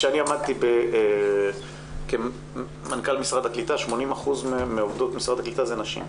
כשאני עמדתי כמנכ"ל משרד הקליטה 80% מעובדות משרד הקליטה הן נשים,